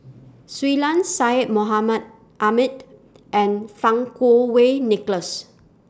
Shui Lan Syed Mohamed Ahmed and Fang Kuo Wei Nicholas